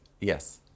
Yes